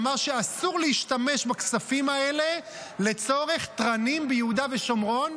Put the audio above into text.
אמר שאסור להשתמש בכספים האלה לצורך תרנים ביהודה ושומרון